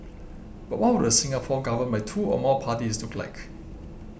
but what would a Singapore governed by two or more parties look like